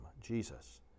Jesus